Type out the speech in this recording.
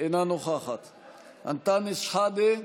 מוחמד ג'אברין, עומר עכאווי ורחמה עלא רוח שוהדא.